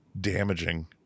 damaging